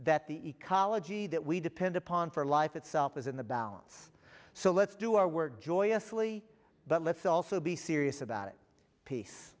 that the ecology that we depend upon for life itself is in the balance so let's do our work joyously but let's also be serious about it peace